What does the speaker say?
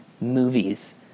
movies